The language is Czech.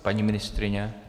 Paní ministryně?